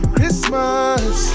Christmas